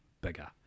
bigger